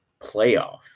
playoff